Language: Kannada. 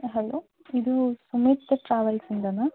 ಹಲೋ ಇದು ಸುಮಿತ್ ಟ್ರಾವೆಲ್ಸಿಂದನಾ